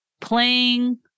playing